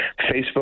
Facebook